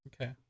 Okay